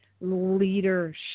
leadership